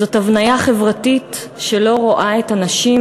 זאת הבניה חברתית שלא רואה את הנשים,